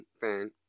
fan